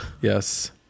yes